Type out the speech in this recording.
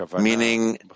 meaning